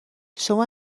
شما